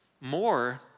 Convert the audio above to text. more